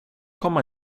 komma